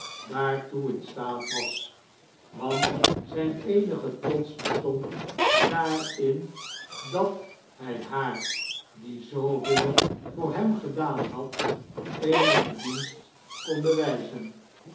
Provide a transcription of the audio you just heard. daartoe in staat was want zjjn eenige trots bestond daarin dat hjj haar die zooveel voor hem gedaan had eeuigen dienst kon bewjjzen